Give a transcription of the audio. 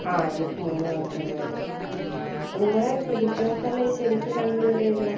ആ എനിക്ക് മൂന്ന് മാസം ആണ് വേണ്ടത് നിങ്ങളുടെ ചികിത്സാ സ്ഥലം ശരിക്ക് കണ്ണൂര് എവിടെയാണ് വരിക